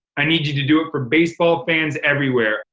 i need you to do it for baseball fans everywhere.